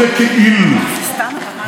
חברת הכנסת בן ארי, פעם ראשונה.